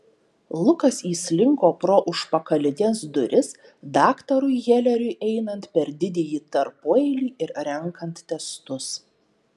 lukas įslinko pro užpakalines duris daktarui heleriui einant per didįjį tarpueilį ir renkant testus